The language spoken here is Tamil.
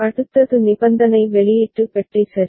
அடுத்தது நிபந்தனை வெளியீட்டு பெட்டி சரி